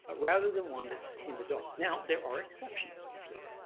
ah rather than one that's in the dark. now there are exceptions to this.